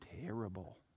terrible